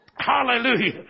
Hallelujah